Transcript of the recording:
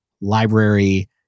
library